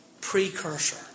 precursor